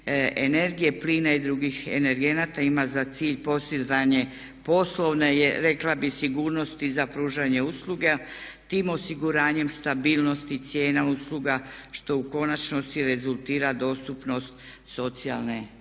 energije, plina i drugih energenata ima za cilj postizanje poslovne je rekla bih sigurnosti za pružanje usluga tim osiguranjem stabilnosti cijena usluga što u konačnici rezultira dostupnost socijalne usluge